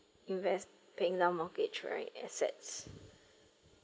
invest paying down mortgage right assets